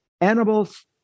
animals